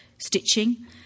Stitching